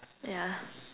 yeah